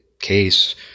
case